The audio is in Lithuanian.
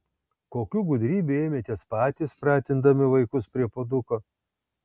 kokių gudrybių ėmėtės patys pratindami vaikus prie puoduko